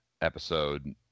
episode